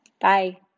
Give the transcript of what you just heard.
Bye